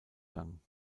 lang